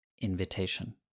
Invitation